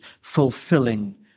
fulfilling